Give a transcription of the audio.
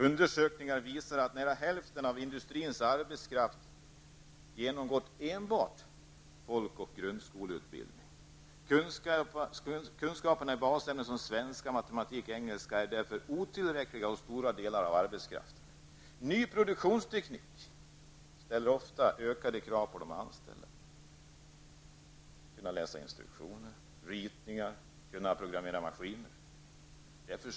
Undersökningar visar att nära hälften av industrins arbetskraft genomgått enbart folk eller grundskoleutbildning. Kunskaperna i basämnen som svenska, matematik och engelska är därför otillräckliga hos stora delar av arbetskraften. Ny produktionsteknik ställer ofta ökade krav på de anställda. Att kunna läsa instruktioner, ritningar och att kunna programmera maskiner blir allt viktigare.